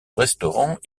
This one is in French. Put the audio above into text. restaurants